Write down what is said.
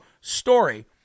story